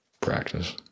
practice